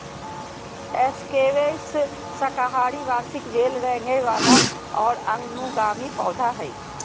squash साकाहारी वार्षिक बेल रेंगय वला और अनुगामी पौधा हइ